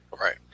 right